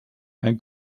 ein